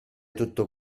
tutto